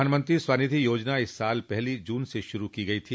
प्रधानमंत्री स्वनिधि योजना इस साल पहली जून से शूरू की गई थी